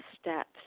steps